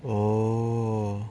oh